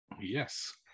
yes